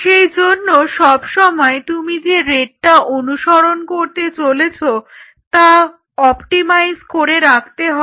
সেজন্য সব সময় তুমি যে রেটটা অনুসরন করতে চলেছো তা অপটিমাইজ করে রাখতে হবে